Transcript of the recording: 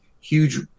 huge